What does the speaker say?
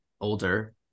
older